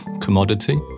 commodity